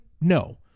no